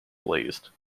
blazed